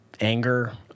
anger